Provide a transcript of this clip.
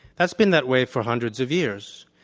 that's been that way for hundreds of years.